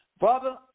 Father